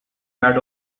had